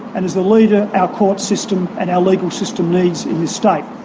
and is the leader our court system and our legal system needs in this state.